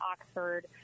Oxford